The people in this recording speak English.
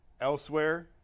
elsewhere